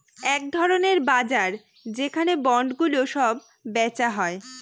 এক ধরনের বাজার যেখানে বন্ডগুলো সব বেচা হয়